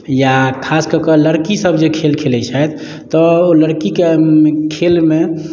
या खास कऽ कऽ लड़कीसभ जे खेल खेलाइत छथि तऽ ओ लड़कीके खेलमे